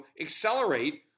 accelerate